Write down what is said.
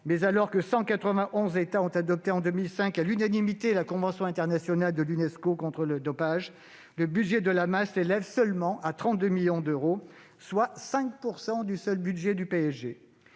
Mais alors que 191 États ont adopté en 2005, à l'unanimité, la convention internationale de l'Unesco contre le dopage dans le sport, le budget de l'AMA s'élève seulement à 32 millions d'euros, soit 5 % du seul budget du PSG